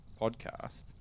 podcast